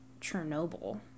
Chernobyl